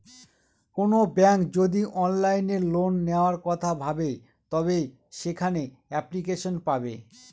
কোনো ব্যাঙ্ক যদি অনলাইনে লোন নেওয়ার কথা ভাবে তবে সেখানে এপ্লিকেশন পাবে